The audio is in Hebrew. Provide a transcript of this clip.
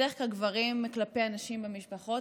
בדרך כלל גברים כלפי הנשים במשפחות,